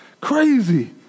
crazy